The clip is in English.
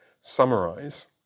summarize